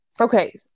okay